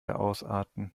ausarten